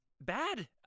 Bad